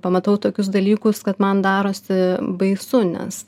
pamatau tokius dalykus kad man darosi baisu nes